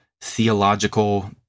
theological